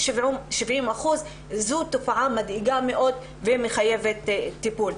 זו תופעה מדאיגה מאוד שמחייבת טיפול.